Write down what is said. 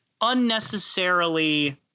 unnecessarily